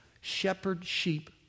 shepherd-sheep